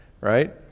right